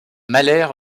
mahler